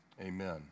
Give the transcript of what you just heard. amen